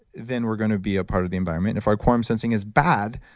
then we're going to be a part of the environment. if our quorum sensing is bad,